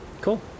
Cool